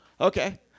Okay